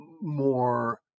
more